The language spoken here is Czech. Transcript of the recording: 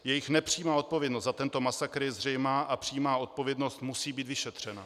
Jejich nepřímá odpovědnost za tento masakr je zřejmá a přímá odpovědnost musí být vyšetřena.